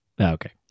Okay